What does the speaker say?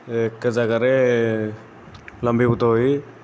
ଏକ ଜାଗାରେ ଲମ୍ବିଭୁତ ହୋଇ